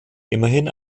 immerhin